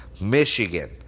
Michigan